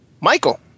Michael